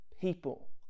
people